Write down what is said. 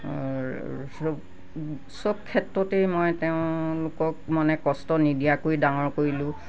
চব চব ক্ষেত্ৰতেই মই তেওঁলোকক মানে কষ্ট নিদিয়াকৈ ডাঙৰ কৰিলোঁ